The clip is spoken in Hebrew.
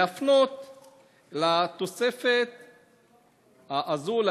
להפנות את התוספת הזאת,